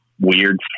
weird